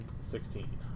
Sixteen